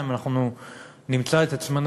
אינו נוכח אילן גילאון,